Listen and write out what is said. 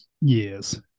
Yes